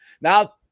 now